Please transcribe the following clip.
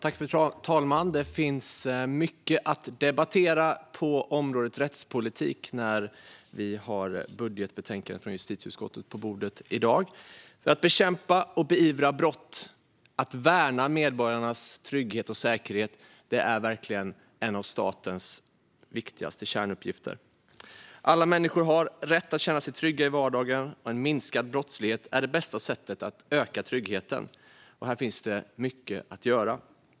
Fru talman! Det finns mycket att debattera på området rättspolitik när vi har budgetbetänkandet från justitieutskottet på bordet i dag. Att bekämpa och beivra brott och värna medborgarnas trygghet och säkerhet är verkligen en av statens viktigaste kärnuppgifter. Alla människor har rätt att känna sig trygga i vardagen. En minskad brottslighet är det bästa sättet att öka tryggheten, och här finns det mycket att göra.